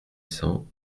cents